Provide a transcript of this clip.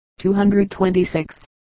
226